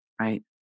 right